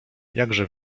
jakże